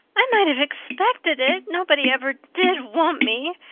i might have expected it. nobody ever did want me.